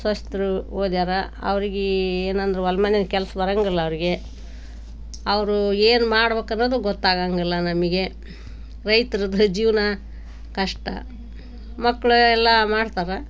ಸೊಸೇರು ಓದಿಯಾರ ಅವರಿಗೆ ಏನಂದರೂ ಹೊಲ ಮನೆಯಾಗೆ ಕೆಲಸ ಬರೋಂಗಿಲ್ಲ ಅವರಿಗೆ ಅವರು ಏನು ಮಾಡ್ಬೇಕನ್ನೋದು ಗೊತ್ತಾಗೊಂಗಿಲ್ಲ ನಮಗೆ ರೈತ್ರದ್ದು ಜೀವನ ಕಷ್ಟ ಮಕ್ಕಳು ಎಲ್ಲ ಮಾಡ್ತಾವೆ